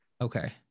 Okay